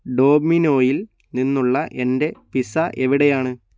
ഡോമിനോയിൽ നിന്നുള്ള എന്റെ പിസ്സ എവിടെയാണ്